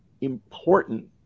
important